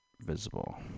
Visible